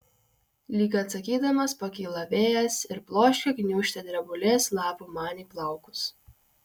lyg atsakydamas pakyla vėjas ir bloškia gniūžtę drebulės lapų man į plaukus